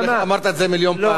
אמרת את זה מיליון פעם,